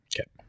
Okay